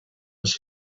was